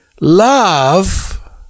love